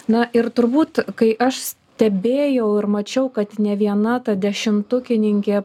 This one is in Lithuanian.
na ir turbūt kai aš stebėjau ir mačiau kad ne viena ta dešimtukininkė